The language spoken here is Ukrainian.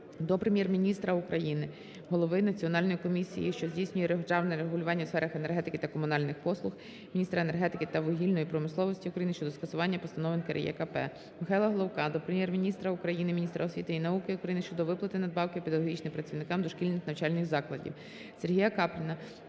до Прем'єр-міністра України, голови Національної комісії, що здійснює державне регулювання у сферах енергетики та комунальних послуг, міністра енергетики та вугільної промисловості України щодо скасування постанови НКРЕКП. Михайла Головка до Прем'єр-міністра України, міністра освіти і науки України щодо виплати надбавки педагогічним працівникам дошкільних навчальних закладів. Сергія Капліна